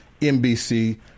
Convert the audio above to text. NBC